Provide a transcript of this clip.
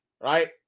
right